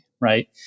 right